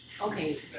okay